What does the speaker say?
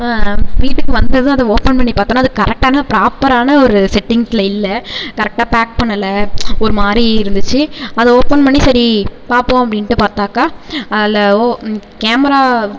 வீட்டுக்கு வந்ததும் அதை ஓப்பன் பண்ணி பார்த்தோன்னா அது கரெக்டான ப்ராப்பரான ஒரு செட்டிங்க்ல இல்லை கரெக்டாக பேக் பண்ணலை ஒருமாதிரி இருந்துச்சு அதை ஓப்பன் பண்ணி சரி பார்ப்போம் அப்படின்ட்டு பார்த்தாக்கா அதில் ஓ கேமரா